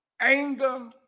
anger